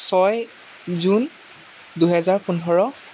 ছয় জুন দুহেজাৰ পোন্ধৰ